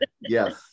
Yes